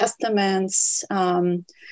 testaments